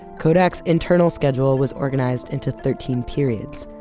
kodak's internal schedule was organized into thirteen periods,